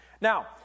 Now